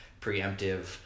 preemptive